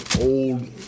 old